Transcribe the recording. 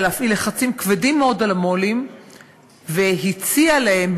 להפעיל לחצים כבדים מאוד על המו"לים והציעה להם,